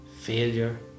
failure